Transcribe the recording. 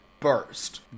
Burst